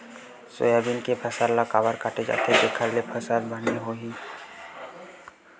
Soybean के फसल ल काबर काटे जाथे जेखर ले फसल बने होही?